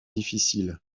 difficile